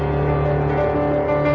or